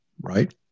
right